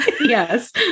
Yes